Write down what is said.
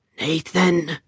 Nathan